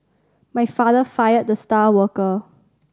my father fired the star worker